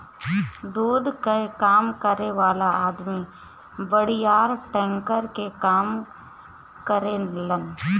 दूध कअ काम करे वाला अदमी बड़ियार टैंकर से काम करेलन